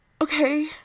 Okay